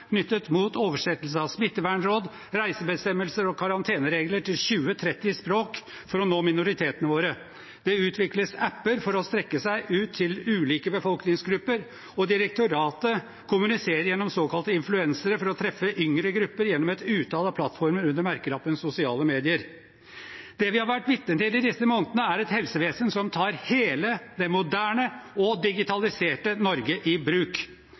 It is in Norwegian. knyttet til oversettelse av smittevernråd, reisebestemmelser og karanteneregler til 20–30 språk for å nå minoritetene våre. Det utvikles apper for å strekke seg ut til ulike befolkningsgrupper, og direktoratet kommuniserer gjennom såkalte influensere for å treffe yngre grupper gjennom et utall av plattformer under merkelappen sosiale medier. Det vi har vært vitne til i disse månedene, er et helsevesen som tar hele det moderne og digitaliserte Norge i bruk.